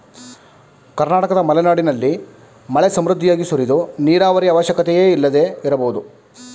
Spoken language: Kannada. ಕರ್ನಾಟಕದ ಮಲೆನಾಡಿನಲ್ಲಿ ಮಳೆ ಸಮೃದ್ಧಿಯಾಗಿ ಸುರಿದು ನೀರಾವರಿಯ ಅವಶ್ಯಕತೆಯೇ ಇಲ್ಲದೆ ಇರಬಹುದು